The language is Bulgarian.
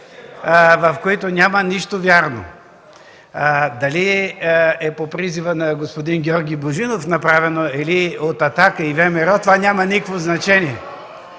в които няма нищо вярно. (Реплики от КБ.) Дали е по призива на господин Георги Божинов направено или от „Атака” и ВМРО, това няма никакво значение!